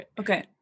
Okay